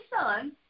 son